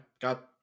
Got